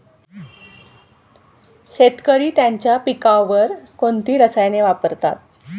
शेतकरी त्यांच्या पिकांवर कोणती रसायने वापरतात?